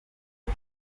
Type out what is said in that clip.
ngo